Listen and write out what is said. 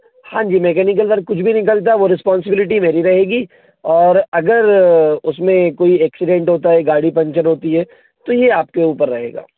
हाँ जी वर्क कुछ भी निकलता है वो रिस्पांसिबिलिटी मेरी रहेगी और अगर उसमें कोई एक्सीडेंट होता है गाड़ी पंचर होती है तो ये आपके ऊपर रहेगा